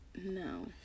No